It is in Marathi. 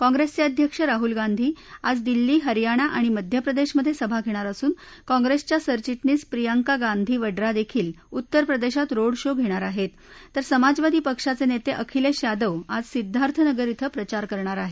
काँप्रेसचे अध्यक्ष राहूल गांधी आज दिल्ली हरयाणा आणि मध्यप्रदेशमधे सभा घेणार असून काँप्रेसच्या सरचिटणीस प्रियंका गांधी वडूा देखील उत्तरप्रदेशात रोड शो घेणार आहेत तर समाजवादी पक्षाचे नेते अखिलेश यादव आज सिद्वार्थनगर श्वें प्रचार करणार आहेत